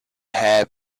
hair